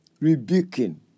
rebuking